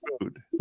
food